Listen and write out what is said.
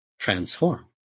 transform